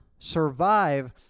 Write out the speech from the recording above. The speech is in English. survive